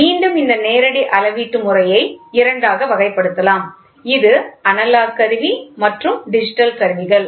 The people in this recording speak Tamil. மீண்டும் இந்த நேரடி அளவீட்டு முறையை இரண்டாக வகைப்படுத்தலாம் இது அனலாக் கருவி மற்றும் டிஜிட்டல் கருவிகள்